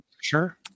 Sure